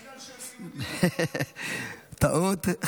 טעות.